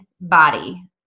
body